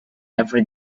every